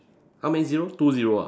how many zero two zero ah